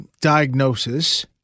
diagnosis